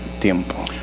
tiempo